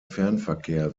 fernverkehr